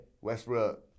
Westbrook